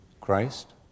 Christ